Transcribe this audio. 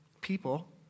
people